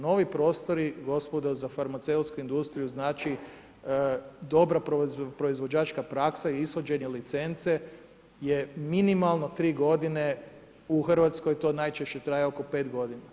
Novi prostori, gospodo, za farmaceutsku industriji znači dobra proizvođačka praksa i ishođenje licence je minimalno 3 godine, u RH to najčešće traje oko 5 godina.